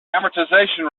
amortization